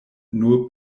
nur